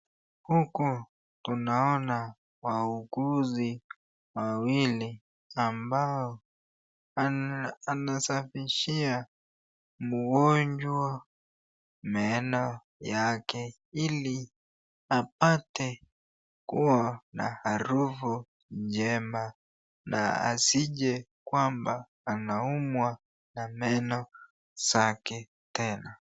Huku huku tunaona wauguzi wawili ambao anasafishia mgonjwa meno yake ili apate kuwa na harufu njema na asije kwamba anaumwa na meno zake tena.